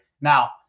Now